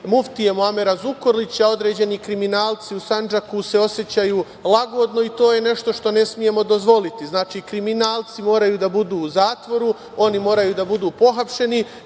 muftije Muamera Zukorlića određeni kriminalci u Sandžaku se osećaju lagodno i to je nešto što ne smemo dozvoliti. Znači, kriminalci moraju da budu u zatvoru. Oni moraju da budu pohapšeni